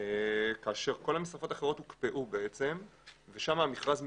כאשר כל המשרפות האחרות הוקפאו ושם המכרז מתקדם.